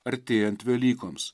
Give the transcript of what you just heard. artėjant velykoms